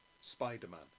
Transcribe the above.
Spider-Man